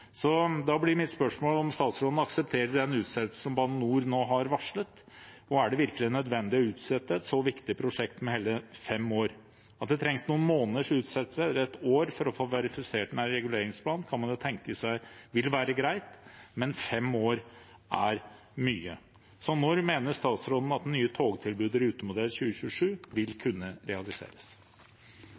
Da blir mitt spørsmål om statsråden aksepterer den utsettelsen som Bane NOR nå har varslet. Er det virkelig nødvendig å utsette et så viktig prosjekt med hele fem år? At det trengs noen måneders utsettelse eller et år for å få verifisert reguleringsplanen, kan man jo tenke seg vil være greit, men fem år er mye. Når mener statsråden at det nye togtilbudet Rutemodell 2027 vil kunne realiseres?